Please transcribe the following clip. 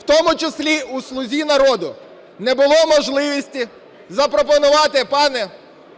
в тому числі у "Слуги народу", не було можливості запропонувати пану кандидату